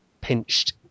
pinched